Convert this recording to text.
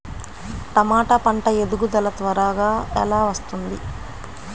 టమాట పంట ఎదుగుదల త్వరగా ఎలా వస్తుంది?